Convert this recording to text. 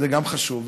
וגם זה חשוב,